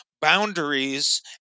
boundaries